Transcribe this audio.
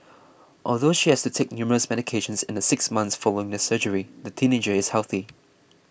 although she has to take numerous medications in the six months following the surgery the teenager is healthy